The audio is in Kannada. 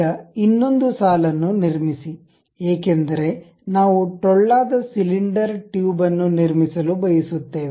ಈಗ ಇನ್ನೊಂದು ಸಾಲನ್ನು ನಿರ್ಮಿಸಿ ಏಕೆಂದರೆ ನಾವು ಟೊಳ್ಳಾದ ಸಿಲಿಂಡರ್ ಟ್ಯೂಬ್ ಅನ್ನು ನಿರ್ಮಿಸಲು ಬಯಸುತ್ತೇವೆ